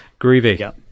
Groovy